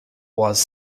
was